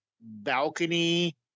balcony